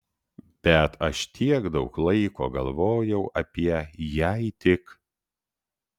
bet aš tiek daug laiko galvojau apie jei tik